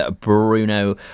bruno